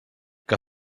que